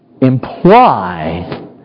imply